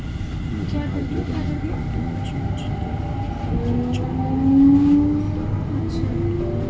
EMI के गणना काल तीन चीज ध्यान मे राखल जाइ छै, कुल ऋण, ब्याज दर आ ऋण अवधि